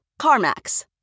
CarMax